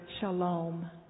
shalom